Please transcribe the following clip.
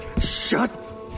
shut